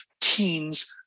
teens